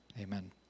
Amen